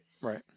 Right